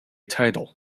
title